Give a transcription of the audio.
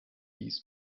dies